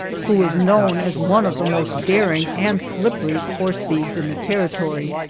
who was known as one of the most daring and slippery horse thieves in the territory.